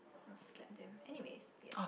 I will slap them anyways yes